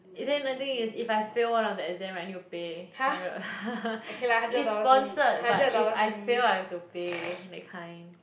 eh then the thing is if I fail one of the exam I need to pay hundred is sponsored but if I fail I'll have to pay that kind